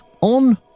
on